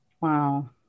Wow